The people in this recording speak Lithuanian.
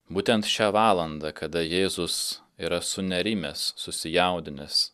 būtent šią valandą kada jėzus yra sunerimęs susijaudinęs